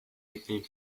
nickname